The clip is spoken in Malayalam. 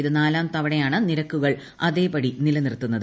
ഇത് നാലാം തവണയാണ് നിരക്കുകൾ അതേപടി നിലനിർത്തുന്നത്